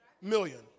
million